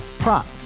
Prop